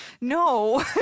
no